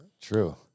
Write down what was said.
True